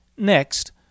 Next